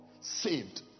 saved